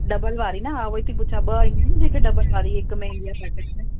double वारी न हा उहेई थी पुछां ॿ ईंदी जेके डबल वारी हिक में ईंदी आहे काटस में